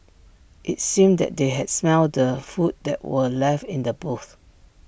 IT seemed that they had smelt the food that were left in the boots